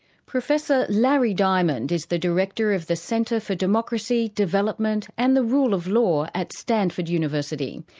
professor larry diamond is the director of the centre for democracy, development and the rule of law at stanford university.